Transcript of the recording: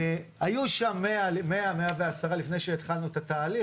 היו שם 100, 110 לפני שהתחלנו את התהליך.